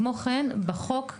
כמו כן, בחוק מוסמך,